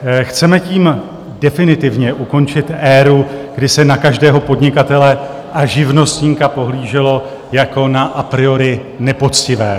Chceme tím definitivně ukončit éru, kdy se na každého podnikatele a živnostníka pohlíželo jako na a priori nepoctivého.